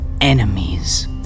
Enemies